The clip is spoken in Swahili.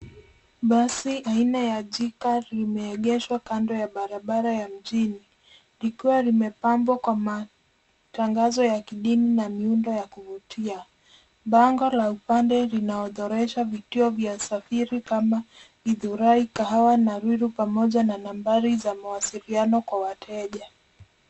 Basi anina ya Gcar limeegeshwa kando ya barabara ya mjini likiwa limepambwa kwa matangazo ya kidini na miundo ya kuvutia. Bango la upande linaorodhesha vituo vya usafiri kama Gidhurai, Kahawa na Ruiru pamoja na nambari za mawasiliano kwa wateja.